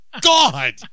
god